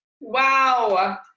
Wow